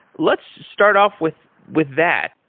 let's start off with with that.